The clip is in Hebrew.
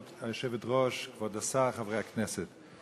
היושבת-ראש, כבוד השר, חברי הכנסת,